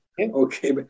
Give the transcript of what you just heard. Okay